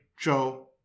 Joe